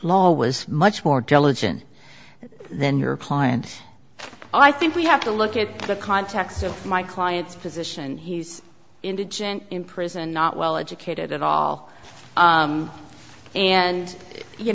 law was much more diligent than your client i think we have to look at the context of my client's position he's indigent in prison not well educated at all and you